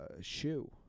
shoe